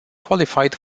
qualified